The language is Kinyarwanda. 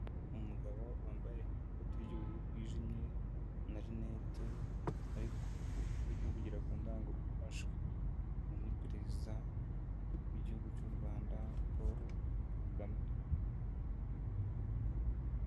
Umugabo wambaye ikote ry'ubururu ryijimye na rinete ari kuvugira ku ndangururamajwi, uyu ni perezida w'igihugu cy'u Rwanda Paul Kagame.